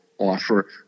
offer